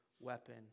weapon